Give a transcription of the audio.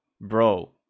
bro